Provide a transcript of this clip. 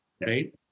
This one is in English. right